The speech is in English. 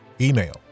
email